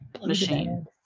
machine